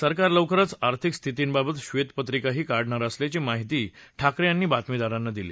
सरकार लवकरच आर्थिक स्थितींबाबत बेतपत्रिका ही काढणार असल्याची माहितीही ठाकरे यांनी बातमीदारांना दिली